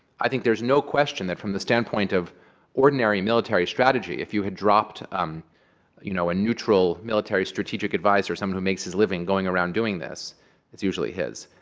i think there's no question that from the standpoint of ordinary military strategy, if you had dropped um you know a a neutral military strategic adviser, someone who makes his living going around doing this it's usually his